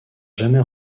jamais